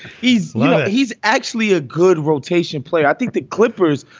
he's he's actually a good rotation player. i think the clippers.